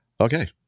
Okay